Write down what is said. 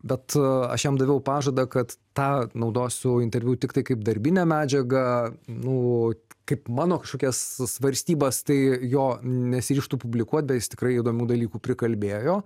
bet aš jam daviau pažadą kad tą naudosiu interviu tiktai kaip darbinę medžiagą nu kaip mano kažkokias svarstymas tai jo nesiryžtu publikuot bet jis tikrai įdomių dalykų prikalbėjo